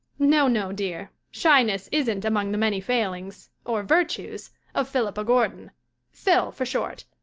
no, no, dear. shyness isn't among the many failings or virtues of philippa gordon phil for short.